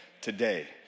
today